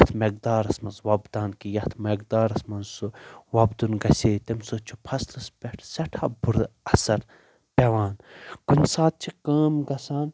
تتھ مٮ۪قدارَس منٛز وۄبدان کہِ یتھ مٮ۪قدارَس منٛز سُہ وۄبدُن گژھِ ہے تمہِ سۭتۍ چھُ فصلس پٮ۪ٹھ سٮ۪ٹھاہ بُرٕ اثر پیٚوان کُنہِ ساتہٕ چھِ کٲم گَژھان